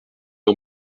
six